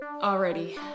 Already